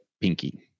pinky